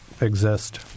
Exist